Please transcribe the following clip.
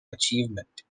achievement